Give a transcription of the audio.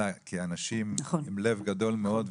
אלא כאנשים עם לב גדול מאוד,